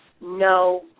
no